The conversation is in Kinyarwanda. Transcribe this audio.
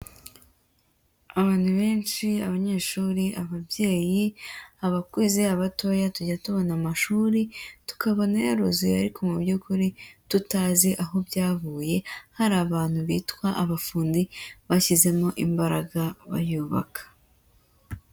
Abantu benshi abanyeshuri, ababyeyi, abakuze, abatoya, tujya tubona amashuri tukabona yaruzuye ariko mu by'ukuri tutazi aho byavuye, hari abantu bitwa abafundi bashyizemo imbaraga bayubaka.